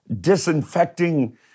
disinfecting